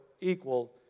equal